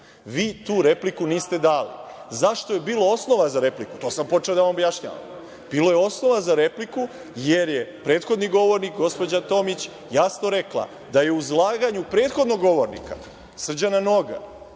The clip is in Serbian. Vi tu repliku niste dali. Zašto je bilo osnova za repliku? To sam počeo da vam objašnjavam. Bilo je osnova za repliku, jer je prethodni govornik, gospođa Tomić, jasno rekla da je u izlaganju prethodnog govornika, Srđana Noga,